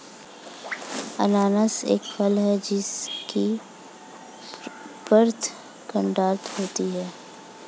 अनन्नास एक फल है जिसकी परत कांटेदार होती है